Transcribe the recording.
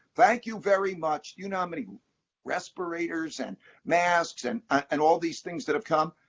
thank you very much, you know how many respirators and masks and and all these things that have come?